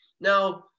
Now